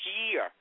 year